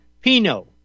Pino